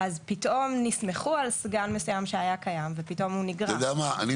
פתאום נסמכו על סגן מסוים שהיה קיים ופתאום הוא נגרס.